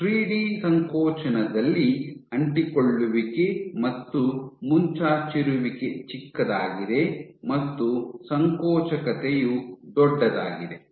three D ಸಂಕೋಚನದಲ್ಲಿ ಅಂಟಿಕೊಳ್ಳುವಿಕೆ ಮತ್ತು ಮುಂಚಾಚಿರುವಿಕೆ ಚಿಕ್ಕದಾಗಿದೆ ಮತ್ತು ಸಂಕೋಚಕತೆಯು ದೊಡ್ಡದಾಗಿದೆ